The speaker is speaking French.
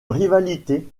rivalité